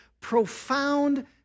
profound